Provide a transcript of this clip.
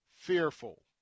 fearful